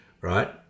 right